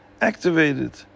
activated